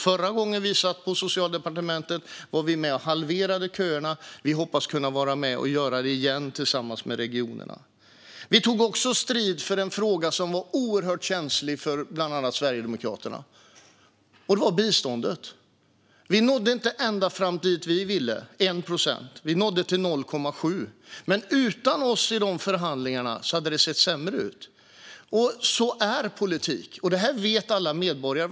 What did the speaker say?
Förra gången vi satt på Socialdepartementet var vi med och halverade köerna, och vi hoppas kunna vara med och göra det igen tillsammans med regionerna. Vi tog också strid för en fråga som var oerhört känslig för bland annat Sverigedemokraterna, och det var biståndet. Vi nådde inte ända fram. Vi ville ha 1 procent, men vi nådde till 0,7. Utan oss i förhandlingarna hade det sett sämre ut. Så är politik, och det vet alla medborgare.